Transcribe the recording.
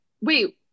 wait